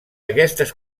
aquestes